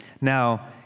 Now